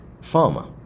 Farmer